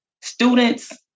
students